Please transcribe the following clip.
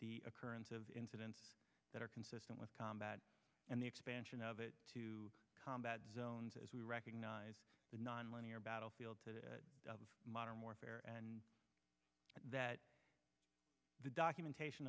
the occurrence of incidents that are consistent with combat and the expansion of it to combat zones as we recognize the non linear battlefield to the modern warfare and that the documentation